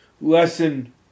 lesson